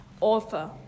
author